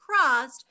crossed